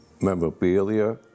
memorabilia